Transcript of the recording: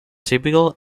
typical